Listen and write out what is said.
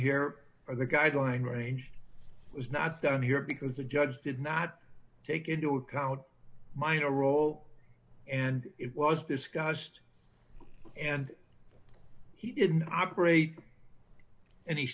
here or the guideline range is not done here because the judge did not take into account minor role and it was discussed and he didn't operate any